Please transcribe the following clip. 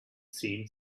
seemed